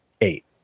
eight